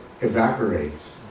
evaporates